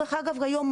אגב היום,